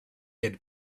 had